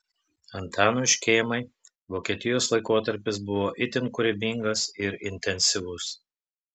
antanui škėmai vokietijos laikotarpis buvo itin kūrybingas ir intensyvus